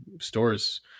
stores